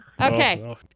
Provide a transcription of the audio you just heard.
Okay